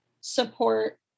support